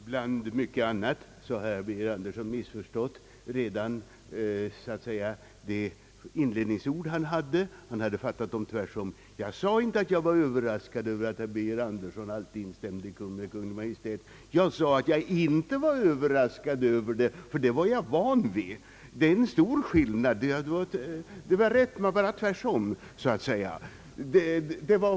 Herr talman! Redan a herr Birger Anderssons inledningsord framgick att han hade missuppfattat ig. Jag sade inte att jag var Överras ad över att herr Birger Andersson altid instämde med Kungl. Maj:t. Jag sa e att jag inte var överraskad över det, y det är just vad jag är van vid. Det är en stor skillnad. Det var rätt — bar tvärtom, så att säga.